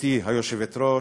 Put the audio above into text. גברתי היושבת-ראש,